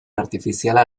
artifiziala